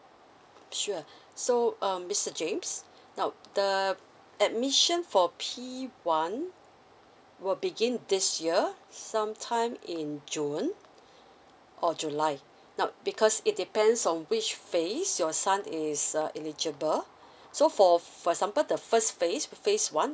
sure so um mister james now the admission for P one will begin this year some time in june or july now because it depends on which phase your son is err eligible so for for example the first phase phase one